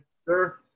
Sir